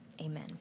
Amen